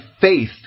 faith